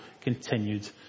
continued